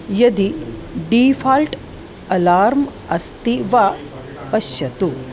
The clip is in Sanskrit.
यदि डीफ़ाल्ट् अलार्म् अस्ति वा पश्यतु